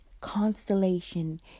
constellation